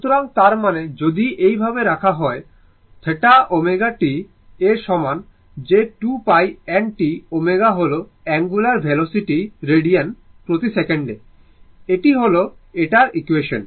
সুতরাং তার মানে যদি এইভাবে রাখা হয় θ ω t এর সমান যে 2 π n t হল অঙ্গুলার ভেলোসিটি রেডিয়ান প্রতি সেকেন্ডে এই হল এটার ইকুয়েশন